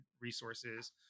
resources